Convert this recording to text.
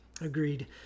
Agreed